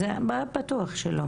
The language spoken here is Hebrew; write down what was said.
בטוח שלא.